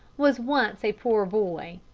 was once a poor boy.